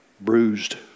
bruised